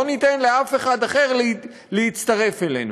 לא ניתן לאף אחד אחר להצטרף אלינו.